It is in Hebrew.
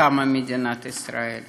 קמה מדינת ישראל,